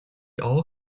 all